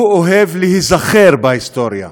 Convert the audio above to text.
הוא אוהב להיזכר בהיסטוריה,